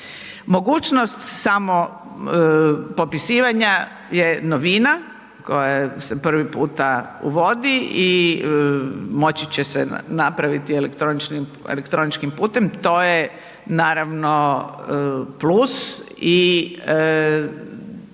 Mogućnost samo popisivanja je novina koja se prvi puta uvodi i moći se napraviti elektroničkim putem. To je naravno plus i da